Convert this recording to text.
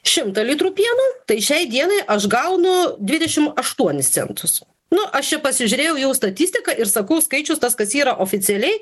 šimtą litrų pieno tai šiai dienai aš gaunu dvidešim aštuonis centus nu aš čia pasižiūrėjau jau statistiką ir sakau skaičius tas kas yra oficialiai